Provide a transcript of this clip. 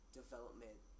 development